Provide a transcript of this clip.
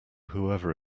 whoever